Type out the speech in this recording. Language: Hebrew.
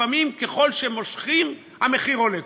לפעמים, ככל שמושכים, המחיר עולה.